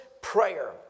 prayer